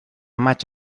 maig